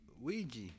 Ouija